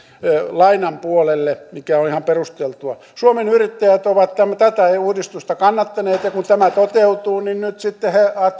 lainan puolelle mikä on ihan perusteltua suomen yrittäjät on tätä uudistusta kannattanut ja kun tämä toteutuu niin nyt se sitten